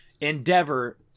endeavor